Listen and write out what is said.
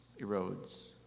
erodes